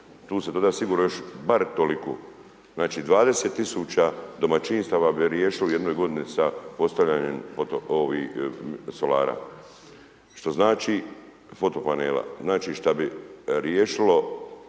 tu se doda bar toliko. Znači 20.000 domaćinstva bi riješili u jednoj godini a postavljanjem ovi solara, što znači fotopanela, znači šta bi riješilo,